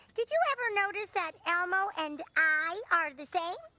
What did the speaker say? did you ever notice that elmo and i are the same?